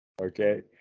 Okay